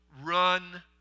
run